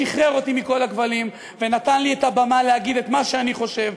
שחרר אותי מכל הכבלים ונתן לי את הבמה להגיד את מה שאני חושב,